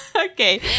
okay